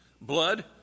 Blood